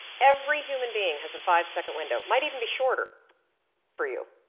every human being has a five second window might even be shorter for you,